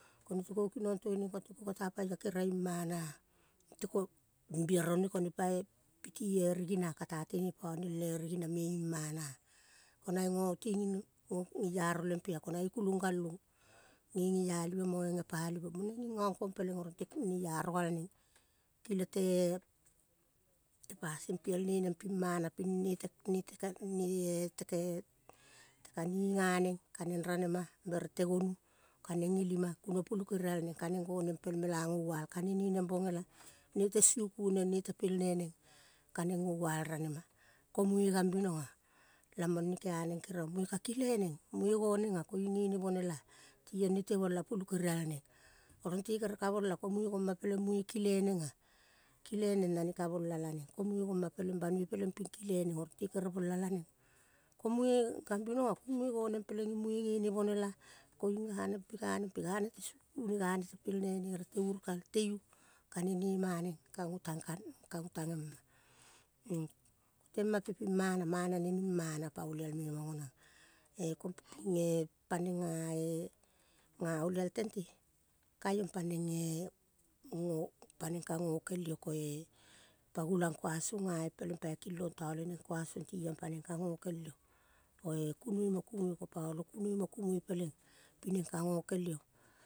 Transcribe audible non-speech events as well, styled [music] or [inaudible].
Ko netiko kinong tue neng ko tiko kata paia keria imana mutiko biarone kone pai pitie rigina. Kata tene pene ele rigina me imana. Ko nange ngo tingi ngo ngeiaro lempea ko nae kulong galong nge ngeialive moe ngepalive moneng nging ngang kong peleng oro te neiaro gal neng. Kile te pasin piel ne neng pim mana ping nete, nete [unintelligible] nete kaninga neng koneng ranema bere te gonu kaneng ngelima, kuno pulu kerial neng kaneng goneng pel mela ngoval kane ne neng bongela. Nete suku neng ne tepelne neng kaneng ngoval ranema. Ko munge gambinoga lamang ne keaneng keriong. Mue ka kile neng mue gonenga koiung ngene bonela. Tiong nete bola pulu kerial neng. Oro nte kere ka bola ko munge goma peleng munge kile nenga. Kile neng nane ka bola laneng. Ko munge goma peleng banoi peleng ping kile neng. Oro te kere bola laneng ko munge kambinoga ko muge goneng peleng koiung munge nge ne bonela koiung gane mpe, gane mpe. Gane te suku ne gane te pelne ne, ere te urukal, teiu kane nema neng kango. [unintelligible] kango tangema [unintelligible] temape pimang. Mana ne ni mana pa. Olial tente kaiong pa nenge [unintelligible] paneng ka ngokel io. Koe pa gulang kuang song ngae peleng pai kilong taleneng kuang song tiong paneng ka ngokel io oe kunoi mo kumoi ko.